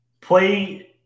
play